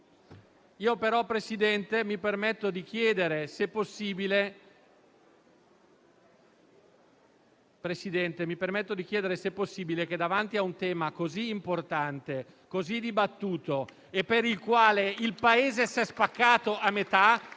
Io, però, Presidente, mi permetto di chiedere, se possibile, che davanti a un tema così importante, così dibattuto e per il quale il Paese si è spaccato a metà